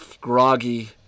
groggy